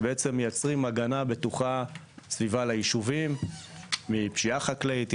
ובעצם מייצרים הגנה בטוחה בסביבה לישובים מפשיעה חקלאית.